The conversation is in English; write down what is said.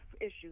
issues